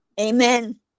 Amen